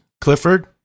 Clifford